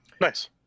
Nice